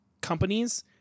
companies